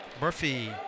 Murphy